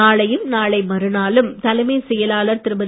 நாளையும் நாளை மறுநாளும் தலைமை செயலாளர் திருமதி